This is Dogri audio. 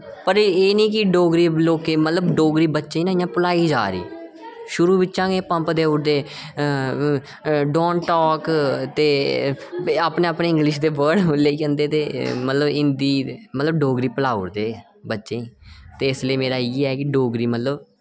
पर एह् नेईं की डोगरी लोकें मतलब डोगरी बच्चें ना इ'यां भुलाई जा दे शुरू बिचा गै पंप देऊड़दे डोंट टाक ते अपने अपने इंग्लिश दे वर्ड लेई जन्दे ते मतलब हिंदी मतलब डोगरी भुलाउड़'दे बच्चें ते इसले मेरा इ'यै कि डोगरी मतलब